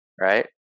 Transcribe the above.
right